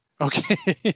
Okay